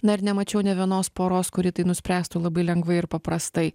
na ir nemačiau nė vienos poros kuri tai nuspręstų labai lengvai ir paprastai